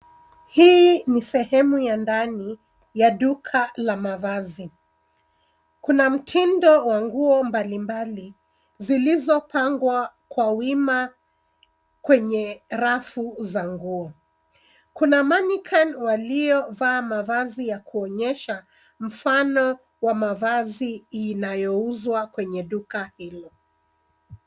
Hii ni sehemu ya ndani ya duka la mavazi. Kuna mtindo wa nguo mbalimbali zilizopangwa kwa wima kwenye rafu za nguo. Kuna mannequin waliovaa mavazi ya kuonyesha mfano wa mavazi inayouzwa kwenye duka hilo.